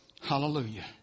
Hallelujah